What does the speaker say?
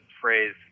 phrase